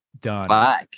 done